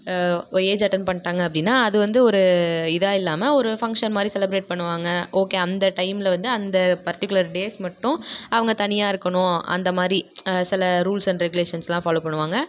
age attain பண்ணிட்டாங்க அப்படின்னா அது வந்து ஒரு இதாக இல்லாமல் ஒரு ஃபங்க்ஷன் மாதிரி செலிப்ரேட் பண்ணுவாங்க ஓகே அந்த டைமில் வந்து அந்த பர்டிகுலர் டேஸ் மட்டும் அவங்க தனியாக இருக்கணும் அந்தமாதிரி சில ரூல்ஸ் அண்ட் ரெகுலேஷன்ஸ்லாம் ஃபாலோ பண்ணுவாங்க